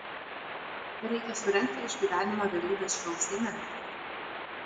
reikia surengti išgyvenimo realybės šou seime